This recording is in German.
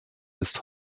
ist